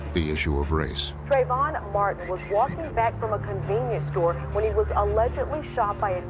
the issue of race. trayvon martin was walking back from a convenience store when he was allegedly shot by a